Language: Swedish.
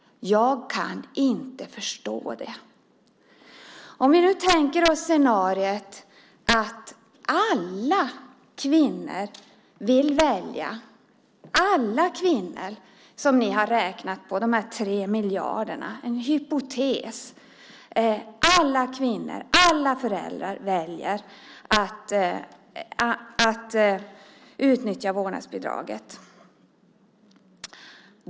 Jag kan inte förstå det. Vi kan nu tänka oss en hypotes. Vi kan tänka oss scenariot att alla kvinnor som ni har räknat på - det gäller de här 3 miljarderna - och alla föräldrar väljer att utnyttja vårdnadsbidraget.